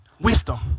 wisdom